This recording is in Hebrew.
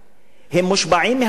מושפעים מהמציאות,